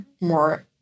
more